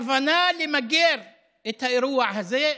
מתוך כוונה למגר את האירוע הזה,